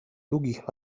długich